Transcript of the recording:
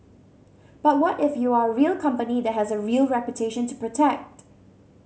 but what if you are a real company that has a real reputation to protect